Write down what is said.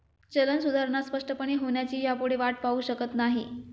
चलन सुधारणा स्पष्टपणे होण्याची ह्यापुढे वाट पाहु शकत नाही